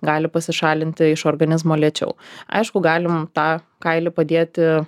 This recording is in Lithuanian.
gali pasišalinti iš organizmo lėčiau aišku galim tą kailį padėti